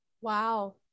Wow